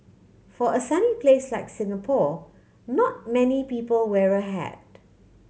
for a sunny place like Singapore not many people wear a hat